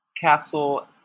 Castle